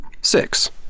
Six